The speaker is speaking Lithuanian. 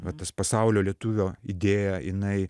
va tas pasaulio lietuvio idėja jinai